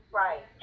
right